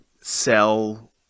sell